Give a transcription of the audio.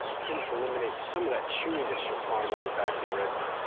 tends to eliminates some of that chewiness you'll find on the back of ribs.